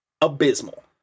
abysmal